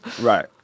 Right